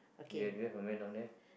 do you do you a man down three